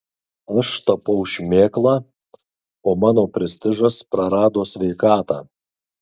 aš tapau šmėkla o mano prestižas prarado sveikatą